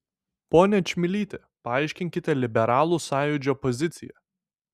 ponia čmilyte paaiškinkite liberalų sąjūdžio poziciją